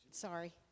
Sorry